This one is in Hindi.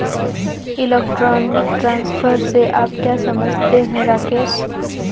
इलेक्ट्रॉनिक ट्रांसफर से आप क्या समझते हैं, राकेश?